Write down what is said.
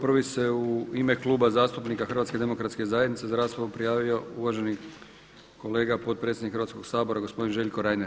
Prvi se u ime Kluba zastupnika HDZ-a za raspravu prijavio uvaženi kolega potpredsjednik Hrvatskoga sabora, gospodin Željko Reiner.